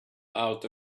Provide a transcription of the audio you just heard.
out